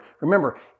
Remember